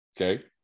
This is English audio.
Okay